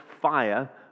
fire